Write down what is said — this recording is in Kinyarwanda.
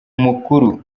mukuru